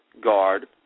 guard